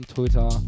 Twitter